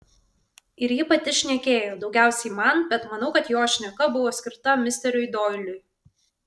ir ji pati šnekėjo daugiausiai man bet manau kad jos šneka buvo skirta misteriui doiliui